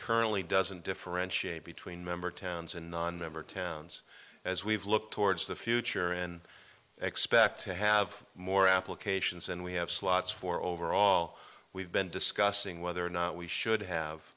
currently doesn't differentiate between member towns and non member towns as we've looked towards the future and expect to have more applications and we have slots for overall we've been discussing whether or not we should have